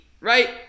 right